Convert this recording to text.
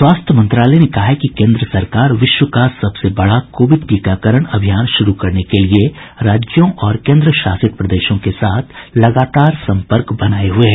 स्वास्थ्य मंत्रालय ने कहा है कि केंद्र सरकार विश्व का सबसे बड़ा कोविड टीकाकरण अभियान शुरू करने के लिए राज्यों और केंद्रशासित प्रदेशों के साथ लगातार सम्पर्क बनाए हुए है